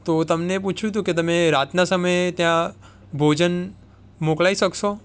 તો તમને પૂછવું હતું કે તમે રાતના સમયે ત્યાં ભોજન મોકલાવી શકશો